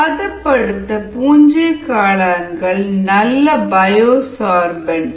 பதப்படுத்தப்பட்ட பூஞ்சை காளான்கள் நல்ல பயோசார்பெண்ட்